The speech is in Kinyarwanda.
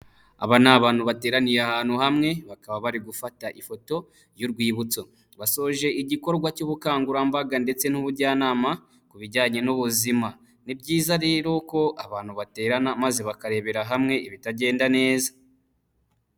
Aba ni abantu bateraniye ahantu hamwe bakaba bari gufata ifoto y'urwibutso. Basoje igikorwa cy'ubukangurambaga ndetse n'ubujyanama ku bijyanye n'ubuzima. Ni byiza rero ko abantu baterana maze bakarebera hamwe ibitagenda neza.